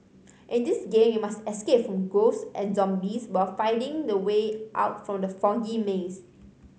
in this game you must escape from ghosts and zombies while finding the way out from the foggy maze